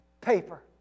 paper